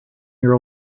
year